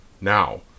Now